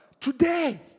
today